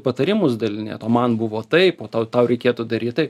patarimus dalinėt o man buvo taip o tau tau reikėtų daryt taip